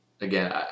Again